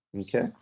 Okay